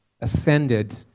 ascended